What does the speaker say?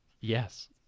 Yes